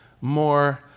more